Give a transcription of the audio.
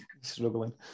struggling